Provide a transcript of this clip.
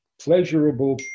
pleasurable